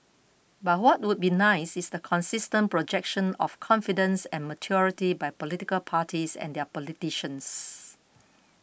but what would be nice is the consistent projection of confidence and maturity by political parties and their politicians